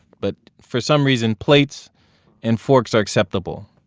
but for some reason, plates and forks are acceptable.